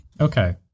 Okay